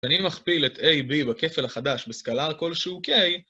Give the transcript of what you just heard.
אני מכפיל את a, b בקפל החדש בסקלר כלשהו k